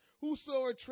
whosoever